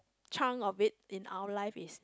chuck in our life is